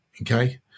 Okay